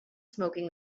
smoking